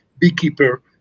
beekeeper